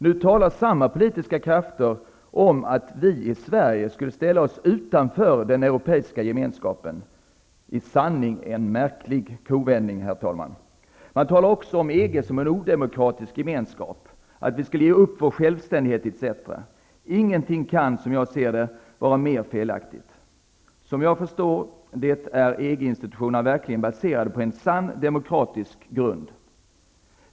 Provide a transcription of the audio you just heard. Nu talar samma politiska krafter om att vi i Sverige skulle ställa oss utanför den europeiska gemenskapen. Det är, herr talman, i sanning en märklig kovändning! Man talar också om EG som en odemokratisk gemenskap, att vi skulle behöva ge upp vår självständighet etc. Ingenting kan, som jag ser det, vara mer felaktigt. Såvitt jag förstår är EG institutionerna verkligen baserade på en sann demokratisk grund.